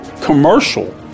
commercial